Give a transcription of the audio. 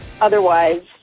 otherwise